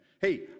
hey